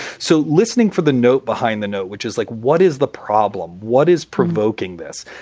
so listening for the note behind the note, which is like what is the problem? what is provoking this?